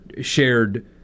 shared